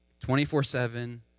24-7